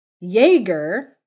Jaeger